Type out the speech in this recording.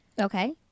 Okay